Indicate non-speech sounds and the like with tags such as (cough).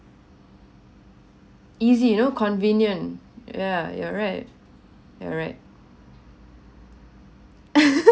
easy you know convenient yeah you're right you're right (laughs)